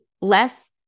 less